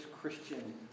Christian